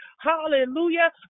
Hallelujah